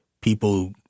people